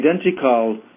identical